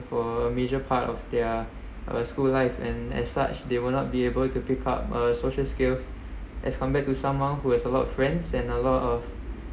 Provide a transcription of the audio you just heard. for a major part of their uh school life and as such they will not be able to pick up uh social skills as compared to someone who has a lot of friends and a lot of